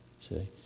See